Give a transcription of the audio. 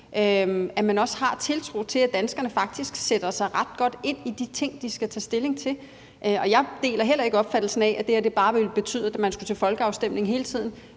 demokrati, har tiltro til, at danskerne faktisk sætter sig ret godt ind i de ting, de skal tage stilling til. Jeg deler heller ikke opfattelsen af, at det her bare ville betyde, at man skulle til folkeafstemning i hele tiden.